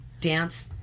dance